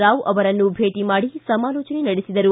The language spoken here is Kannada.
ರಾವ್ ಅವರನ್ನು ಭೇಟ ಮಾಡಿ ಸಮಾಲೋಚನೆ ನಡೆಸಿದರು